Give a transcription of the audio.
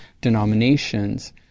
denominations